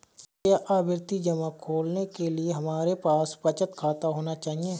क्या आवर्ती जमा खोलने के लिए हमारे पास बचत खाता होना चाहिए?